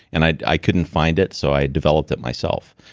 and i i couldn't find it, so i developed it myself.